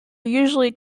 usually